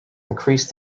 increased